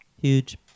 Huge